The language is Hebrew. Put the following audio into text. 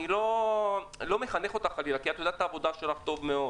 אני לא מחנך אותך חלילה כי את יודעת את העבודה שלך טוב מאוד